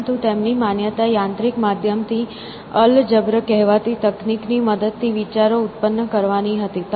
પરંતુ તેમની માન્યતા યાંત્રિક માધ્યમથી અલ જબ્ર કહેવાતી તકનીકની મદદથી વિચારો ઉત્પન્ન કરવાની હતી